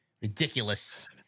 Ridiculous